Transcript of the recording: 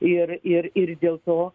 ir ir ir dėl to